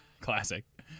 Classic